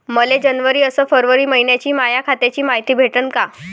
मले जनवरी अस फरवरी मइन्याची माया खात्याची मायती भेटन का?